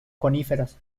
coníferas